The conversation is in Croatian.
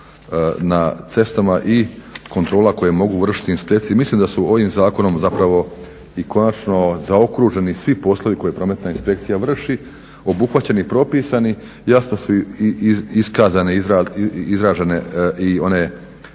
na cestama i kontrola koje mogu vršiti inspekcije. Mislim da su ovim zakonom zapravo i konačno zaokruženi svi poslovi koje Prometna inspekcija vrši, obuhvaćeni, propisani, jasno su iskazane, izražene i one